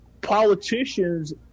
politicians